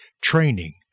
training